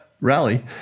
rally